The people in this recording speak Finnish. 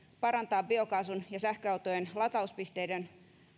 parantaa biokaasun ja sähköautojen latauspisteiden